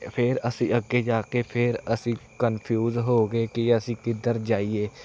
ਫੇਰ ਅਸੀਂ ਅੱਗੇ ਜਾ ਕੇ ਫਿਰ ਅਸੀਂ ਕਨਫਿਊਜ ਹੋ ਗਏ ਕਿ ਅਸੀਂ ਕਿੱਧਰ ਜਾਈਏ